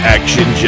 Action